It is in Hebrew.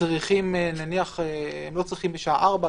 לא צריכים בשעה 16:00,